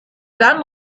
dann